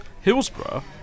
Hillsborough